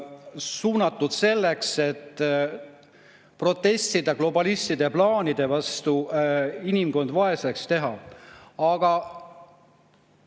suunatud sellele, et protestida globalistide plaani vastu inimkond vaeseks teha. Aga